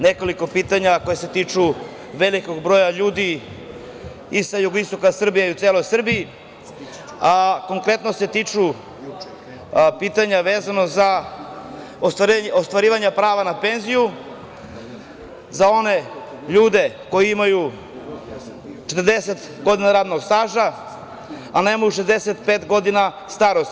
nekoliko pitanja koje se tiču velikog broja ljudi i sa jugoistoka Srbije i u celoj Srbiji, a konkretno se tiču pitanja vezano za ostvarivanja prava na penziju za one ljude koji imaju 40 godina radnog staža, a nemaju 65 godina starosti.